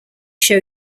show